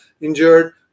injured